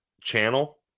channel